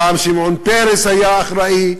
פעם שמעון פרס היה אחראי.